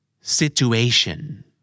Situation